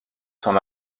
son